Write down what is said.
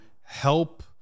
help